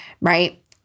right